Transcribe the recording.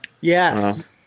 Yes